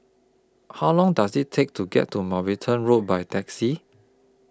How Long Does IT Take to get to Mountbatten Road By Taxi